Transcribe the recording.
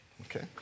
okay